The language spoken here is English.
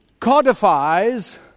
codifies